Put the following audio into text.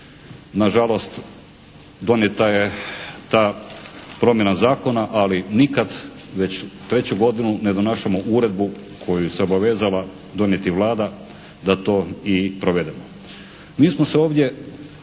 Na žalost donijeta je ta promjena zakona, ali nikad već treću godinu ne donašamo uredbu koju se obavezava donijeti Vlada da to i provedemo.